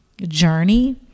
journey